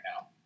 now